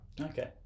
okay